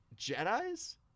Jedis